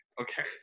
okay